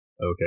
Okay